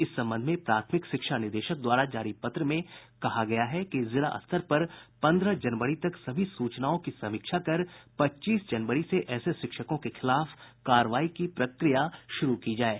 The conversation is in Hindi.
इस संबंध में प्राथमिक शिक्षा निदेशक द्वारा जारी पत्र में कहा गया है जिला स्तर पर पन्द्रह जनवरी तक सभी सूचनाओं की समीक्षा कर पच्चीस जनवरी से ऐसे शिक्षकों के खिलाफ कार्रवाई की प्रक्रिया शुरू की जाये